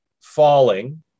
falling